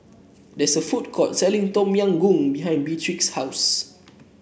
there is a food court selling Tom Yam Goong behind Beatrix's house